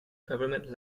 government